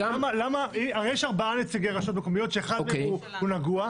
הרי יש ארבעה נציגי רשויות מקומיות שאחד הוא נגוע,